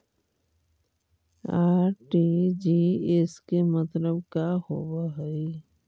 RTGS के मतलब का होव हई?